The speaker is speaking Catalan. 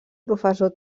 professor